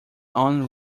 own